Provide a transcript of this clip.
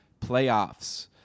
playoffs